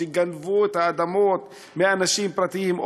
שגנבו את האדמות מאנשים פרטיים.